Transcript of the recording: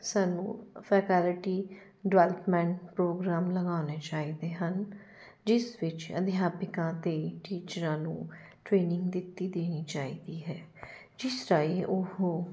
ਸਾਨੂੰ faculty development programme ਲਗਾਉਣੇ ਚਾਹੀਦੇ ਹਨ ਜਿਸ ਵਿੱਚ ਅਧਿਆਪਿਕਾ ਅਤੇ ਟੀਚਰਾਂ ਨੂੰ ਟਰੇਨਿੰਗ ਦਿੱਤੀ ਦੇਣੀ ਚਾਹੀਦੀ ਹੈ ਜਿਸ ਰਾਹੀਂ ਉਹ